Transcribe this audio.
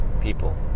people